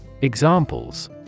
Examples